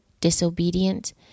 disobedient